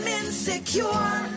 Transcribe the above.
insecure